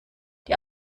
die